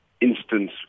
instance